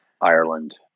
Ireland